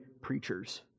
preachers